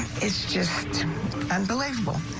it's just unbelievable.